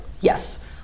yes